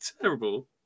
terrible